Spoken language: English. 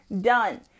done